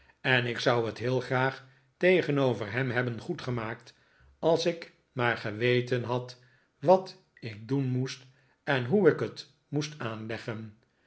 en ik zou het heel graag tegenover hem hebben goedgemaakt als ik maar geweten had wat ik doen moest en hoe ik het moest aanleggen